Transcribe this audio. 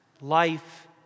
life